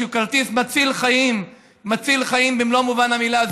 שהוא כרטיס מציל חיים במלוא מובן המילה,